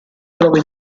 trova